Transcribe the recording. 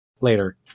later